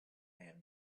have